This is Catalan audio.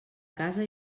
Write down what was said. casa